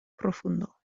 profundo